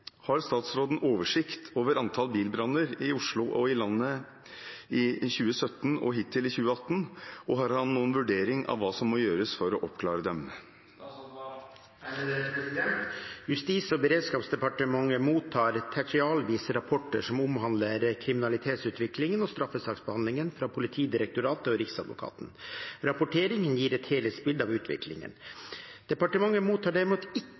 Har statsråden oversikt over antall bilbranner i Oslo og i landet i 2017 og hittil i 2018, og har han noen vurdering av hva som må gjøres for å oppklare dem?» Justis- og beredskapsdepartementet mottar tertialvise rapporter som omhandler kriminalitetsutviklingen og straffesaksbehandlingen, fra Politidirektoratet og Riksadvokaten. Rapporteringen gir et helhetsbilde av utviklingen. Departementet mottar derimot ikke